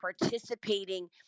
participating